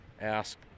ask